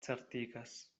certigas